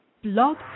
Blog